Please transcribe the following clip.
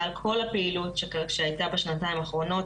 על כל הפעילות שהייתה שנתיים האחרונות.